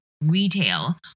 retail